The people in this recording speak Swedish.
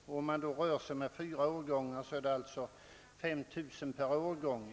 Om man räknar med att det är fråga om fyra årgångar, blir det 5000 personer per årgång.